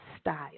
style